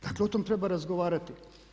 Dakle o tom treba razgovarati.